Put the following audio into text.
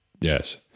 Yes